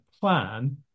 plan